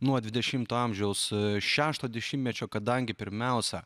nuo dvidešimto amžiaus šešto dešimtmečio kadangi pirmiausia